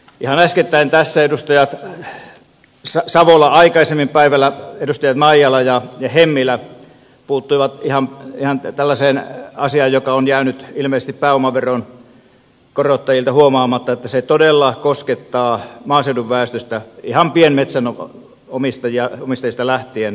ihan äskettäin tässä edustaja savola jo aikaisemmin päivällä edustajat maijala ja hemmilä puuttuivat ihan tällaiseen asiaan joka on jäänyt ilmeisesti pääomaveron korottajilta huomaamatta että se korotus todella koskettaa maaseudun väestöä ihan pienmetsänomistajista lähtien merkittävällä tavalla